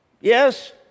Yes